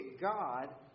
God